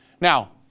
Now